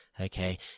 Okay